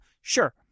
sure